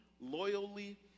loyally